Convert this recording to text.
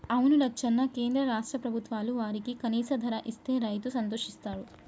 అవును లచ్చన్న కేంద్ర రాష్ట్ర ప్రభుత్వాలు వారికి కనీస ధర ఇస్తే రైతు సంతోషిస్తాడు